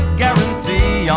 guarantee